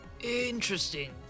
Interesting